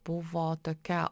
buvo tokia